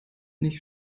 nicht